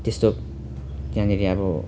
त्यस्तो त्यहाँनेरि अब